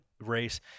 race